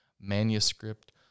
manuscript